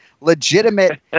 legitimate